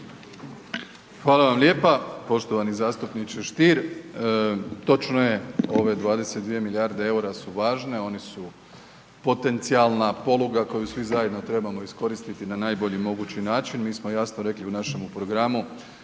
Hvala vam lijepa. Poštovani zastupniče Stier. Točno je, ove 22 milijarde eura su važne, oni su potencijalna poluga koju svi zajedno trebamo iskoristiti na najbolji mogući način, mi smo jasno rekli u našemu programu